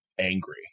angry